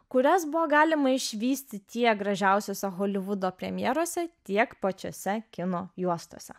kurias buvo galima išvysti tiek gražiausiose holivudo premjerose tiek pačiose kino juostose